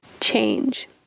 change